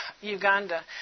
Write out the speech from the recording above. Uganda